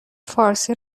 فارسی